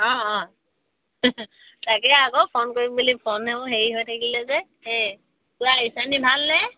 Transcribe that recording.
অঁ তাকে আকৌ ফোন কৰিম বুলি ফোন আকৌ হেৰি হৈ থাকিলে যে এই কোৱা ঈশানী ভালনে